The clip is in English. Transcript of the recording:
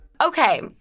Okay